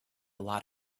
lot